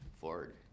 forward